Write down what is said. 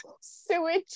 sewage